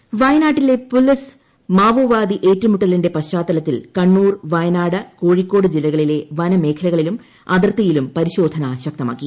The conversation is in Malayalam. മാവോവാദി വയനാട്ടിലെ പോലീസ് മാവോവാദി ഏറ്റുമുട്ടലിന്റെ പശ്ചാത്തലത്തിൽ കണ്ണൂർ വയനാട് കോഴിക്കോട് ജില്ലകളിലെ വനമേഖലകളിലും അതിർത്തിയിലും പരിശോധന ശക്തമാക്കി